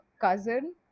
cousin